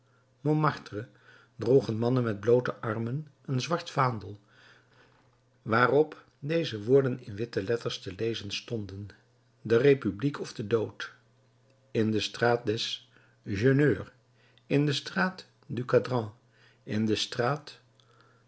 montmartre droegen mannen met bloote armen een zwart vaandel waarop deze woorden in witte letters te lezen stonden de republiek of de dood in de straat des jeuneurs in de straat du cadran in de straat